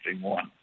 one